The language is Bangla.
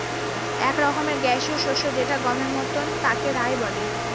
এক রকমের গ্যাসীয় শস্য যেটা গমের মতন তাকে রায় বলে